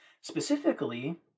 specifically